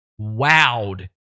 wowed